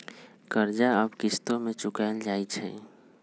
कर्जा अब किश्तो में चुकाएल जाई छई